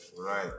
Right